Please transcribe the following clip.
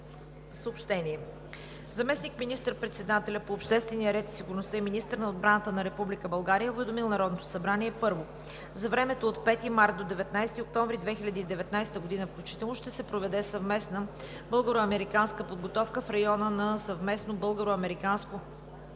Съобщение: Заместник министър-председателят по обществения ред и сигурността и министър на отбраната на Република България е уведомил Народното събрание: 1. За времето от 5 март до 19 октомври 2019 г., включително, ще се проведе съвместна българо-американска подготовка в района на съвместно българо-американско